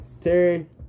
Terry